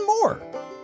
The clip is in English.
more